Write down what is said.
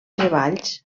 treballs